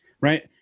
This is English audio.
right